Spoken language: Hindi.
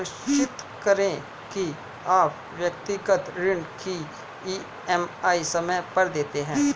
सुनिश्चित करें की आप व्यक्तिगत ऋण की ई.एम.आई समय पर देते हैं